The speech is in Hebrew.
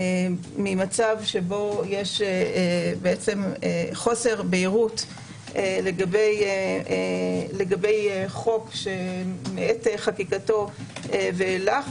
ממצב שבו יש חוסר בהירות לגבי חוק שמעת חקיקתו ואילך.